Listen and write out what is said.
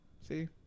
See